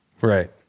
Right